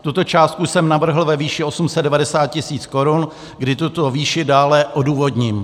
Tuto částku jsem navrhl ve výši 890 tisíc korun, kdy tuto výši dále odůvodním.